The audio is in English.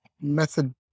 method